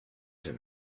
him